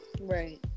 Right